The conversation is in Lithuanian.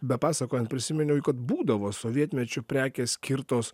bepasakojant prisiminiau kad būdavo sovietmečiu prekės skirtos